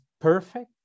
perfect